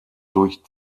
durch